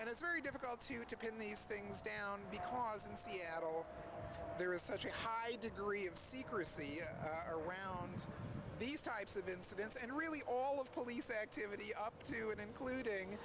and it's very difficult to to pin these things down because in seattle there is such a high degree of secrecy around these types of incidents and really all of police activity up to and including